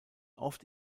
oft